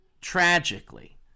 tragically